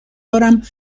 دارم